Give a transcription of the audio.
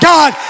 God